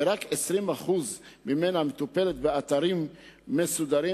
ורק 20% ממנה מטופלים באתרים מוסדרים,